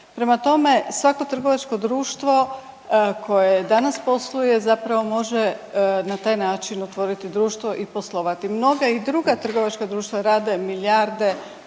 Prema tome, svako trgovačko društvo koje danas posluje zapravo može na taj način otvoriti društvo i poslovati. Mnoga i druga trgovačka društva rade milijarde